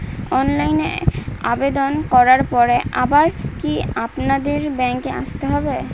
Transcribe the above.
অনলাইনে আবেদন করার পরে আবার কি আপনাদের ব্যাঙ্কে আসতে হবে?